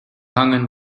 hangen